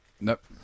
Nope